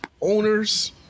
owners